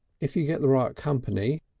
if you get the right company,